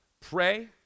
pray